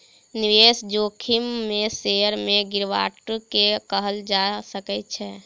निवेश जोखिम में शेयर में गिरावट के कहल जा सकै छै